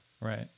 Right